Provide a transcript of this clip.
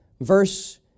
Verse